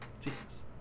Jesus